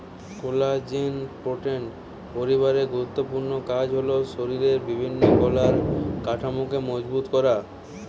collagen protein পরিবারের গুরুত্বপূর্ণ কাজ হল শরিরের বিভিন্ন কলার কাঠামোকে মজবুত করা